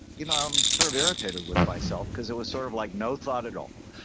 you know i'm sort of irritated with myself because there was sort of like no thought at all.